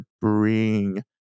bring